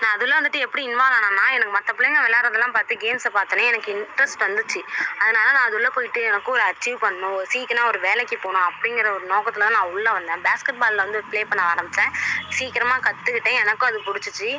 நான் அதுலாம் வந்துவிட்டு எப்படி இன்வால்வ் ஆனேன்னா எனக்கு மற்ற பிள்ளைங்கள் விளாடுறதெல்லா பார்த்து கேம்ஸ்ஸை பார்த்தோனே எனக்கு இன்ட்ரெஸ்ட் வந்துச்சு அதனால் நான் அது உள்ளே போயிவிட்டு எனக்கு ஒரு அச்சீவ் பண்ணும் ஒரு சீக்கனோ ஒரு வேலைக்கு போகனும் அப்படிங்கிற ஒரு நோக்கத்தில் தான் நான் உள்ளே வந்தேன் பேஸ்கட்பாலில் வந்து ப்ளே பண்ண ஆரம்பிச்சேன் சீக்கிரமாக கற்றுக்கிட்டேன் எனக்கும் அது புடிச்சிச்சு